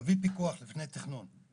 להביא פיקוח לפני תכנון.